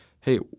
hey